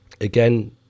again